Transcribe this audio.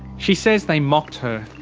she says they mocked her.